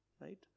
right